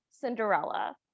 Cinderella